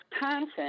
Wisconsin